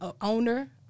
owner